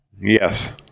Yes